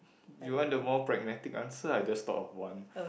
you want the more pragmatic answer I just thought of one